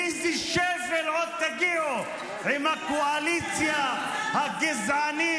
לאיזה שפל עוד תגיעו עם הקואליציה הגזענית,